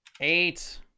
Eight